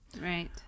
right